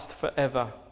forever